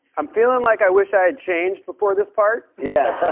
i'm feeling like i wish i had changed before this part. yeah.